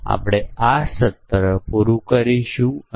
અને અહીં આપણે તેમને ધ્યાનમાં લઈશું નહીં